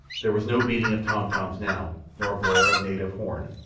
there was no beating of tom-toms now, nor blare of native horn,